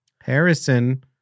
harrison